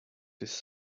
this